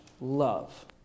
love